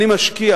אני משקיע